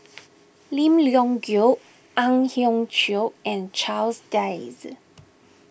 Lim Leong Geok Ang Hiong Chiok and Charles Dyce